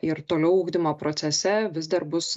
ir toliau ugdymo procese vis dar bus